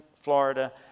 Florida